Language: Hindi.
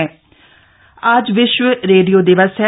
विश्व रेडियो दिवस आज विश्व रेडियो दिवस है